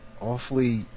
awfully